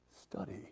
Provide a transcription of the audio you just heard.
Study